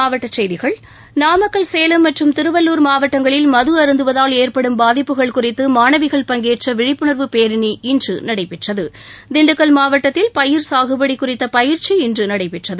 மாவட்டச் செய்திகள் நாமக்கல் சேலம் மற்றும் திருவள்ளுர் மாவட்டங்களில் மது அருந்துவதால் ஏற்படும் பாதிப்புகள் குறித்து மாணவிகள் பங்கேற்ற விழிப்புணர்வு பேரணி இன்று நடைபெற்றது திண்டுக்கல் மாவட்டத்தில் பயிர் சாகுபடி குறித்த பயிற்சி இன்று நடைபெற்றது